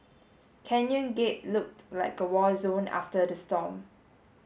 Canyon Gate looked like a war zone after the storm